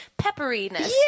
pepperiness